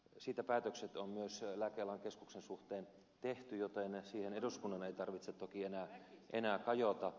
siitä päätökset on myös lääkealan keskuksen suhteen tehty joten siihen eduskunnan ei tarvitse toki enää kajota